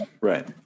Right